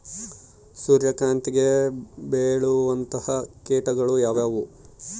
ಸೂರ್ಯಕಾಂತಿಗೆ ಬೇಳುವಂತಹ ಕೇಟಗಳು ಯಾವ್ಯಾವು?